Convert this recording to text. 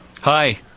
Hi